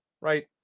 right